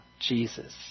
Jesus